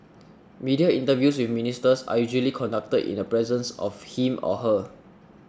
media interviews with Ministers are usually conducted in the presence of him or her